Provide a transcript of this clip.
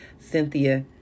Cynthia